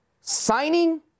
signing